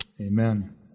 amen